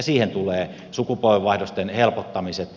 siihen tulee sukupolvenvaihdosten helpottamiset